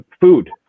food